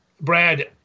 Brad